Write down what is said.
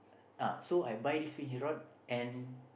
uh so I buy this fish rod and